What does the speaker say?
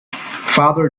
father